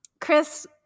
Chris